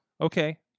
Okay